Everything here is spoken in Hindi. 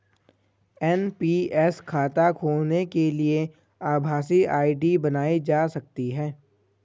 एन.पी.एस खाता खोलने के लिए आभासी आई.डी बनाई जा सकती है